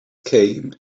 came